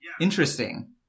Interesting